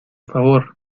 favor